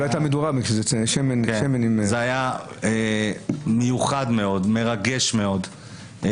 זה היה מיוחד מאוד, מרגש מאוד.